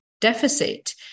deficit